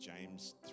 James